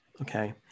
okay